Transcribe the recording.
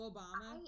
Obama